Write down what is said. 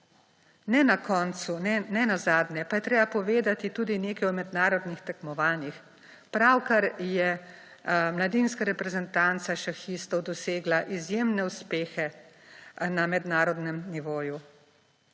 Ne na koncu, ne nazadnje pa je treba povedati tudi nekaj o mednarodnih tekmovanjih. Pravkar je mladinska reprezentanca šahistov dosegla izjemne uspehe na mednarodnem nivoju.